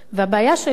הבעיה שהעלית,